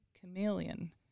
chameleon